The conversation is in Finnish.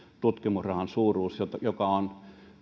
tutkimusrahan suuruus joka on